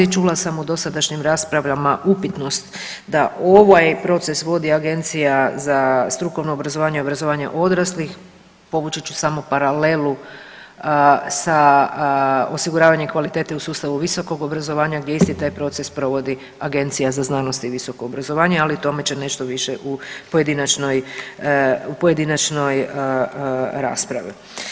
Čula sam u dosadašnjim raspravama upitnost da ovaj proces vodi Agencija za strukovno obrazovanje i obrazovanje odraslih, povući ću samo paralelu sa osiguravanjem kvalitete u sustavu visokog obrazovanja gdje isti taj proces provodi Agencija za znanost i visoko obrazovanje, ali o tome će nešto više u pojedinačnoj, pojedinačnoj raspravi.